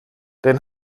den